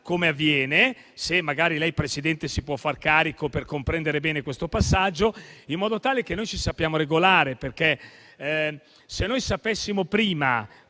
chiedendo che magari lei, Presidente, si possa far carico di comprendere bene questo passaggio, in modo tale che noi ci sappiamo regolare, perché se noi sapessimo prima